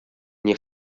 nie